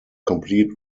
complete